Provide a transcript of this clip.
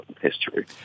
history